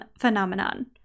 phenomenon